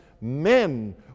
men